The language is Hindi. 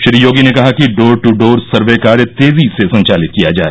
श्री योगी ने कहा कि डोर दू डोर सर्वे कार्य तेजी से संचालित किया जाए